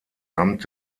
amt